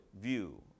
view